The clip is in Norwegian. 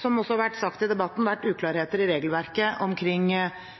som det også har vært sagt i debatten, vært uklarheter i regelverket omkring